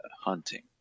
hunting